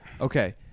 Okay